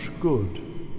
good